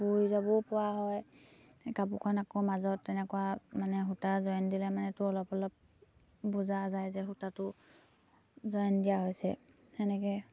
বৈ যাবও পৰা হয় কাপোৰখন আকৌ মাজত তেনেকুৱা মানে সূতা জইন দিলে মানেতো অলপ অলপ বুজা যায় যে সূতাটো জইন দিয়া হৈছে তেনেকে